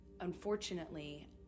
Unfortunately